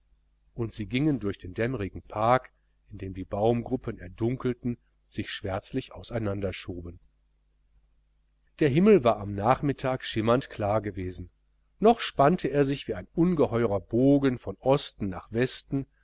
und sie gingen durch den dämmerigen park in dem die baumgruppen erdunkelten sich schwärzlich auseinanderschoben der himmel war am nachmittag schimmernd klar gewesen noch spannte er sich wie ein ungeheurer bogen von osten nach westen